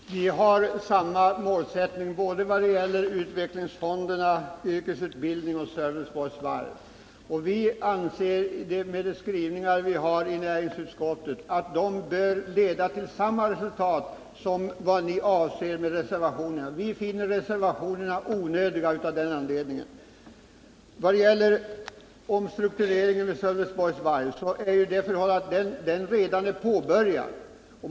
Fru talman! Utskottsmajoriteten har samma målsättning som reservanterna vad gäller utvecklingsfonderna, yrkesutbildningen och Sölvesborgsvarvet. Vi anser att näringsutskottets skrivning på dessa punkter bör leda till samma resultat som det ni avser med reservationerna. Av den anledningen finner vi reservationerna onödiga. Vad gäller omstruktureringen av Sölvesborgs Varv så är den redan påbörjad.